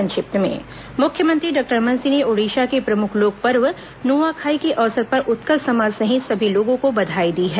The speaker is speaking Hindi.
संक्षिप्त समाचार मुख्यमंत्री डॉक्टर रमन सिंह ने ओड़िशा के प्रमुख लोक पर्व नुआखाई के अवसर पर उत्कल समाज सहित सभी लोगों को बधाई दी है